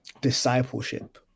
discipleship